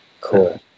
Cool